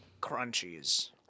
crunchies